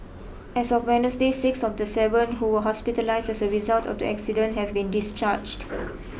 as of Wednesday six of the seven who were hospitalised as a result of the accident have been discharged